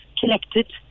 connected